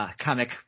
comic